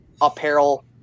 apparel